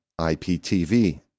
IPTV